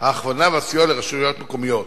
ההכוונה והסיוע לרשויות מקומיות.